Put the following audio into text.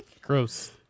Gross